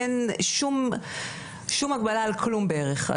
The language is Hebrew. אין שום הגבלה על כלום בערך.